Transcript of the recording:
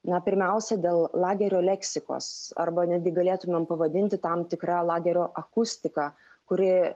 na pirmiausia dėl lagerio leksikos arba netgi galėtumėm pavadinti tam tikra lagerio akustika kuri